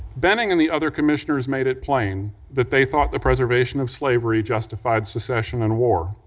benning and the other commissioners made it plain that they thought the preservation of slavery justified secession and war.